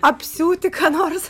apsiūti ką nors